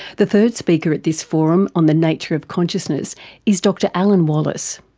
the third speaker at this forum on the nature of consciousness is dr alan wallace.